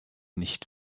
nicht